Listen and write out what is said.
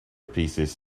pieces